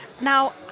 now